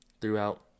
throughout